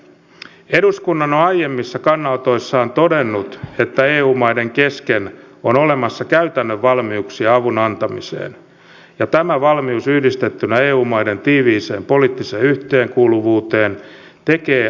eduskunta on aiemmissa kannanotoissaan todennut että eu maiden kesken on olemassa käytännön valmiuksia avun antamiseen ja tämä valmius yhdistettynä eu maiden tiiviiseen poliittiseen yhteenkuuluvuuteen tekee avunantovelvoitteesta merkittävän